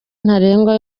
ntarengwa